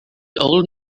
old